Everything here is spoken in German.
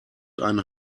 einen